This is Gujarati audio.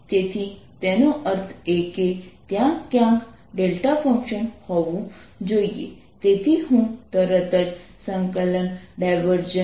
તેથી અમે આની તે જવાબ સાથે સરખામણી કરી શકીએ છીએ r ≤ R માટે જે Vrr30 cosθ છે અને r ≥ R માટે VrR330 cosθr2 છે